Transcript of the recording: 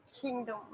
kingdom